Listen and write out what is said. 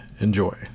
enjoy